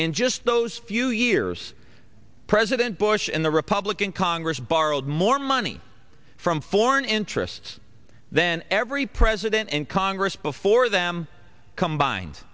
in just those few years president bush and the republican congress borrowed more money from foreign interests then every president and congress before them combined